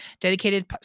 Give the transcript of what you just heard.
Dedicated